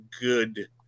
Good